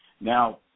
Now